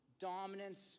Dominance